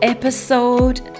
Episode